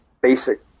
basic